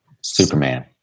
Superman